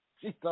Jesus